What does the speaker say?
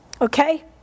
okay